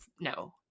no